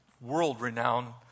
world-renowned